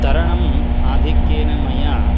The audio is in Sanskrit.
तरणम् आधिक्येन मया